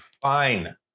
Fine